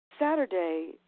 Saturday